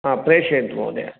प्रेयन्तु महोदयः